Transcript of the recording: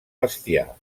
bestiar